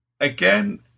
again